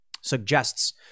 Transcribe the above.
suggests